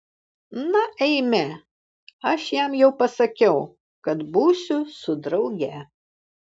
na eime aš jam jau pasakiau kad būsiu su drauge